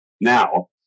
Now